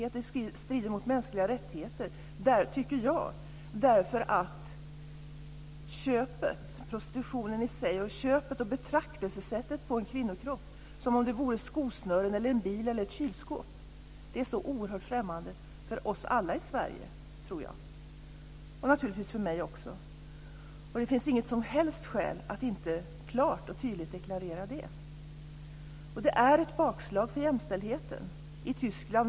Jag tycker att det strider mot mänskliga rättigheter, därför att prostitutionen i sig, köpet och betraktelsesättet när det gäller kvinnokroppen som om det handlade om skosnören, en bil eller ett kylskåp är så oerhört främmande för oss alla i Sverige, tror jag, och naturligtvis för mig också. Och det finns inget som helst skäl att inte klart och tydligt deklarera det. Och det är ett bakslag för jämställdheten i Tyskland.